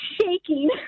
shaking